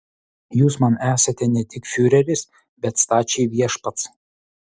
jūs man esate ne tik fiureris bet stačiai viešpats